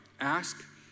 Ask